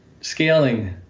scaling